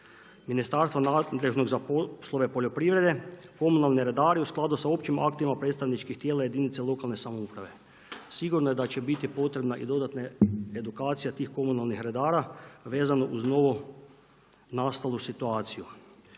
ministarstvo nadležnog za poslove poljoprivrede, komunalni redari, u skladu sa općim aktima predstavničkim tijela jedinica lokalne samouprave sigurno je da će biti potreba i dodatna edukacija tih komunalnih redara vezano uz novonastalu situaciju.